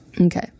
Okay